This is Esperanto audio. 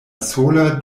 sola